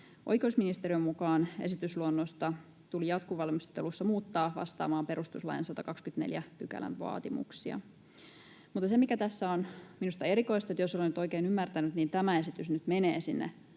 Oikeusministeriön mukaan esitysluonnosta tuli jatkovalmistelussa muuttaa vastaamaan perustuslain 124 §:n vaatimuksia. Se on minusta tässä erikoista, että jos olen nyt oikein ymmärtänyt, tämä esitys menee sinne